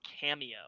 Cameo